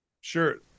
Sure